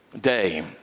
day